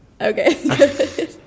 okay